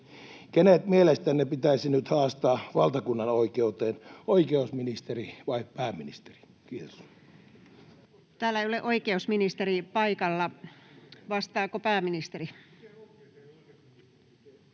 kenet mielestänne pitäisi nyt haastaa valtakunnanoikeuteen, oikeusministeri vai pääministeri? — Kiitos. Täällä ei ole oikeusministeri paikalla. Vastaako pääministeri?